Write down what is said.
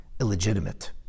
Illegitimate